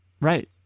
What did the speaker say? Right